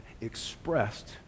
expressed